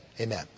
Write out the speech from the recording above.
Amen